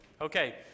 Okay